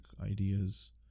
ideas